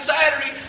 Saturday